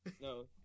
No